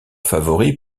favori